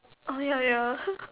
oh ya ya